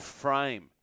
Frame